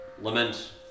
lament